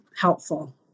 helpful